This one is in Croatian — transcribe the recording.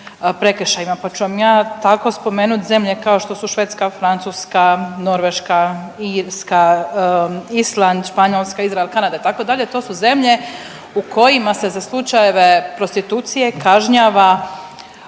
prekršajima pa ću vam ja tako spomenuti zemlje kao što su Švedska, Francuska, Norveška, Irska, Španjolska, Izrael, Kanada itd., to su zemlje u kojima se za slučajeve prostitucije kažnjava